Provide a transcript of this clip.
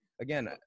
again